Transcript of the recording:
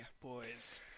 boys